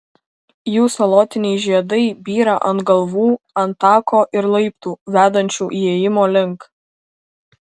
jų salotiniai žiedai byra ant galvų ant tako ir laiptų vedančių įėjimo link